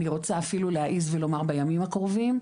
אני רוצה אפילו להעז ולומר בימים הקרובים.